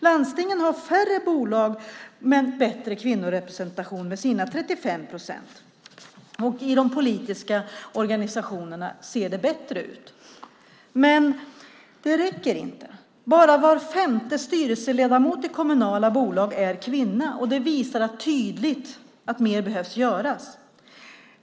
Landstingen har färre bolag men bättre kvinnorepresentation med sina 35 procent. I de politiska organisationerna ser det bättre ut. Men det räcker inte. Bara var femte styrelseledamot i kommunala bolag är kvinna. Det visar tydligt att mer behöver göras.